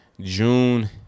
June